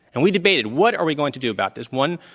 and we debated, what are we going to do about this? one,